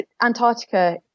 Antarctica